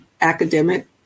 academic